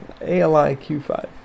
ALIQ5